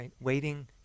Waiting